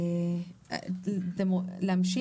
"ייבוא אישי"